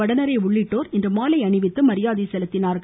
வடநேரே உள்ளிட்டோர் மாலை அணிவித்து மரியாதை செலுத்தினார்கள்